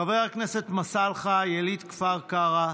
חבר הכנסת מסאלחה, יליד כפר קרע,